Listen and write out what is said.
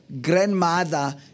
grandmother